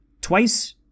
twice